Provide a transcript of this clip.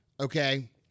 Okay